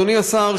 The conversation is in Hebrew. אדוני השר,